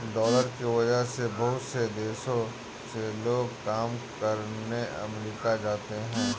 dollar की वजह से बहुत से देशों से लोग काम करने अमरीका जाते हैं